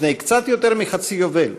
לפני קצת יותר מחצי יובל,